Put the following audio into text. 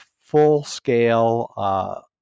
full-scale